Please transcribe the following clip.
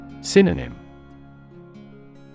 Synonym